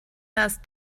das